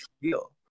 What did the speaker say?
feel